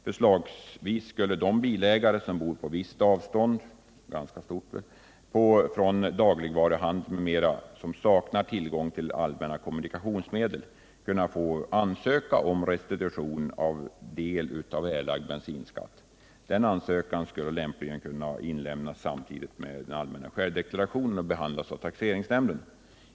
Förslagsvis skulle de bilägare som bor på visst avstånd från dagligvaruhandeln m.m. och som saknar tillgång till allmänna kommunikationsmedel kunna få ansöka om restitution av en delav erlagd bensinskatt. Denna ansökan skulle lämpligen kunna inlämnas samtidigt som den allmänna självdeklarationen och behandlas av taxeringsnämnden.